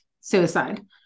suicide